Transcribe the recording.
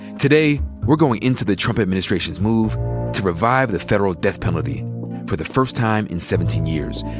today, we're going into the trump administration's move to revive the federal death penalty for the first time in seventeen years,